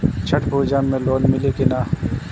छठ पूजा मे लोन मिली की ना?